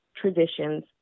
traditions